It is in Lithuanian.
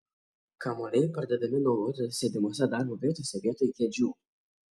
kamuoliai pradedami naudoti sėdimose darbo vietose vietoj kėdžių